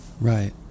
Right